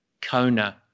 Kona